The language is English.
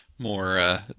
more